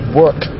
work